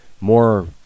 more